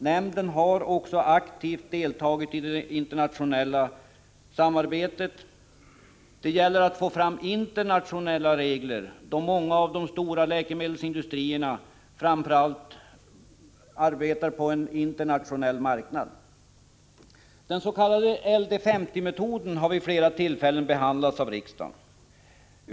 Nämnden har också aktivt deltagit i det internationella samarbetet. Det gäller att få fram internationella regler, då många av de stora läkemedelsindustrierna framför allt arbetar på en internationell marknad. Den s.k. LD 50-metoden har vid flera tillfällen behandlats av riksdagen.